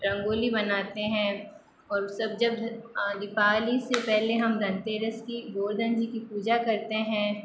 रंगोली बनाते हैं और सब जब दीपावली से पहले हम धनतेरस की गोवर्धन जी की पूजा करते हैं